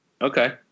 Okay